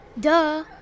duh